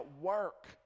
work